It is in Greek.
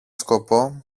σκοπό